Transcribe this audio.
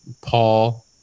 Paul